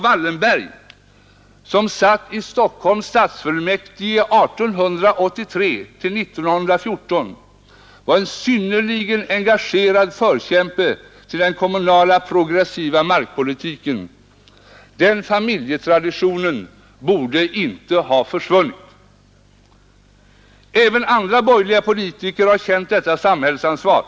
Wallenberg, som satt i Stockholms stadsfullmäktige 1883—1914, var en synnerligen engagerad förkämpe för denna kommunala progressiva markpolitik. Den familjetraditionen borde inte ha försvunnit. Även andra borgerliga politiker har känt detta samhällsansvar.